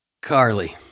Carly